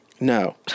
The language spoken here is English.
No